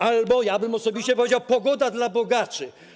Albo też ja bym osobiście powiedział: pogoda dla bogaczy.